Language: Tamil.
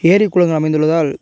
ஏரி குளங்கள் அமைந்துள்ளதால்